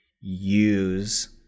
use